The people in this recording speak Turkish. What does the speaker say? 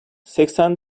seksen